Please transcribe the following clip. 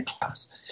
class